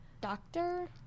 doctor